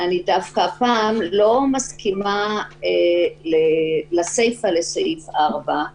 הפעם אני דווקא לא מסכימה לסיפה לסעיף 4,